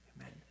Amen